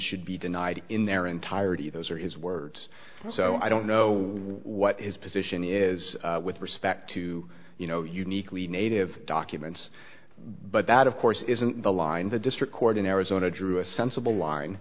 should be denied in their entirety those are his words so i don't know what is position is with respect to uniquely native documents but that of course isn't the line the district court in arizona drew a sensible line